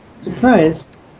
Surprised